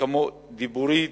כמו דיבורית